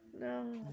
No